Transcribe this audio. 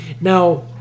Now